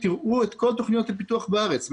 ראו את כל תוכניות הפיתוח בארץ,